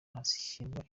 hashyirwa